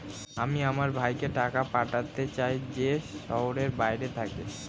আমি আমার ভাইকে টাকা পাঠাতে চাই যে শহরের বাইরে থাকে